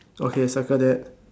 okay circle that